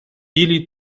ili